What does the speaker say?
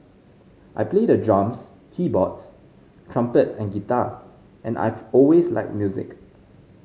I play the drums keyboards trumpet and guitar and I've always liked music